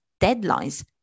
deadlines